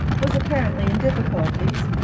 was apparently in difficulties,